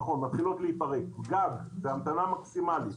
נכון, מתחילות להיפרק, גג, בהמתנה מקסימלית.